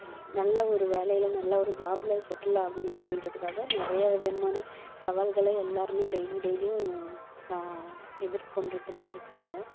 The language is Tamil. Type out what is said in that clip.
நல்ல ஒரு வேலையில் நல்ல ஒரு ஜாப்பில் செட்டிலாகணும் அப்படீன்றதுக்காக நிறைய விதமான சவால்களை எல்லோருமே டெய்லி டெய்லியும் ச எதிர்கொண்டுட்டு தான் இருக்காங்க